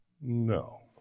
No